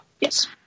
Yes